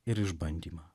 ir išbandymą